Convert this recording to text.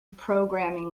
programming